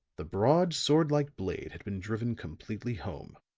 the broad, sword-like blade had been driven completely home.